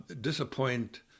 disappoint